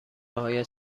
هایت